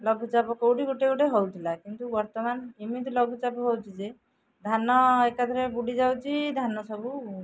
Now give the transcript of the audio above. ଲଘୁଚାପ କେଉଁଠି ଗୋଟେ ଗୋଟେ ହଉଥିଲା କିନ୍ତୁ ବର୍ତ୍ତମାନ ଏମିତି ଲଘୁଚାପ ହେଉଛି ଯେ ଧାନ ଏକାଥରେ ବୁଡ଼ି ଯାଉଛି ଧାନ ସବୁ